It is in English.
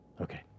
Okay